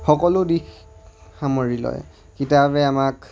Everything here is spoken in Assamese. সকলো দিশ সামৰি লয় কিতাপে আমাক